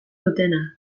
dutena